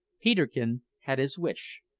peterkin had his wish,